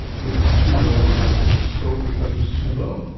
if it was too low you might risk a stroke because it was too low.